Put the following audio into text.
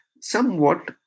somewhat